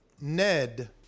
Ned